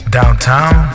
Downtown